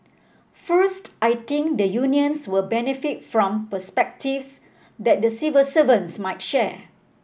first I think the unions will benefit from perspectives that the civil servants might share